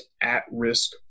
at-risk